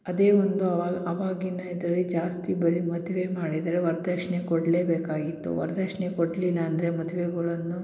ಅದೇ ಒಂದು ಅವಾ ಅವಾಗಿನ ಇದರಲ್ಲಿ ಜಾಸ್ತಿ ಬರೇ ಮದುವೆ ಮಾಡಿದರೆ ವರ್ದಕ್ಷ್ಣೆ ಕೊಡ್ಲೇಬೇಕಾಗಿತ್ತು ವರ್ದಕ್ಷ್ಣೆ ಕೊಡಲಿಲ್ಲ ಅಂದರೆ ಮದುವೆಗಳನ್ನು